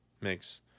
makes